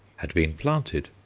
had been planted,